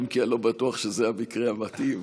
אם כי אני לא בטוח שזה המקרה המתאים.